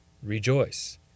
rejoice